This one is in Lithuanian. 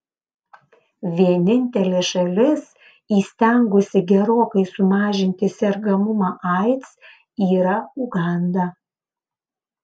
vienintelė šalis įstengusi gerokai sumažinti sergamumą aids yra uganda